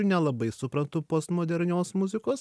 nelabai suprantu postmodernios muzikos